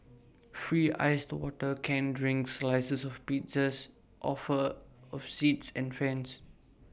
free iced water canned drinks slices of pizzas offer of seats and fans